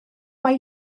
mae